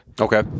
Okay